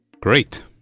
Great